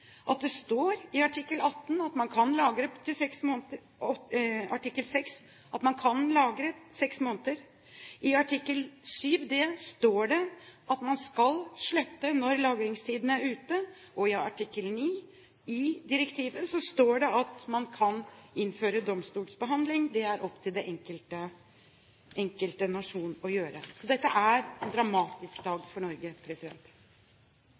imponerende, det står i artikkel 6 at man kan lagre opp til seks måneder, i artikkel 7d står det at man skal slette når lagringstiden er ute, og i artikkel 9 i direktivet står det at man kan innføre domstolsbehandling – det er det opp til den enkelte nasjon å gjøre. Så dette er en dramatisk dag for Norge.